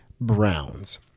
browns